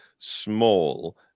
Small